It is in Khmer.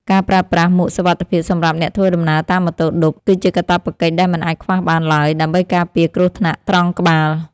ការប្រើប្រាស់មួកសុវត្ថិភាពសម្រាប់អ្នកធ្វើដំណើរតាមម៉ូតូឌុប គឺជាកាតព្វកិច្ចដែលមិនអាចខ្វះបានឡើយ ដើម្បីការពារគ្រោះថ្នាក់ត្រង់ក្បាល។